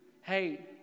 hey